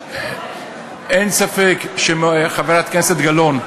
אין ספק, חברת הכנסת גלאון,